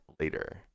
Later